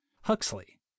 Huxley